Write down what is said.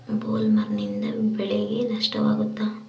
ಬೊಲ್ವರ್ಮ್ನಿಂದ ಬೆಳೆಗೆ ನಷ್ಟವಾಗುತ್ತ?